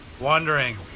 wandering